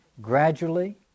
Gradually